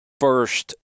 first